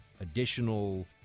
additional